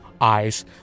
eyes